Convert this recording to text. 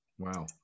wow